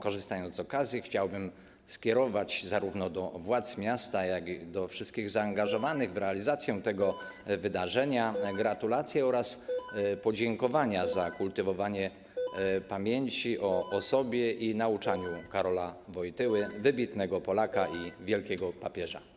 Korzystając z okazji, chciałbym skierować zarówno do władz miasta, jak i do wszystkich zaangażowanych w realizację tego wydarzenia gratulacje oraz podziękowania za kultywowanie pamięci o osobie i nauczaniu Karola Wojtyły, wybitnego Polaka i wielkiego papieża.